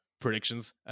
predictions